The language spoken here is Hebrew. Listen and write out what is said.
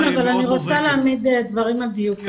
אכן כן, אבל אני רוצה להעמיד דברים על דיוקם.